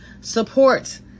Support